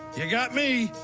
you got me.